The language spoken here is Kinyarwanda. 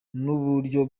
n’uburyo